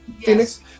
Phoenix